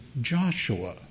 Joshua